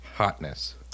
Hotness